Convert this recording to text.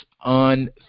on